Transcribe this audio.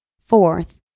Fourth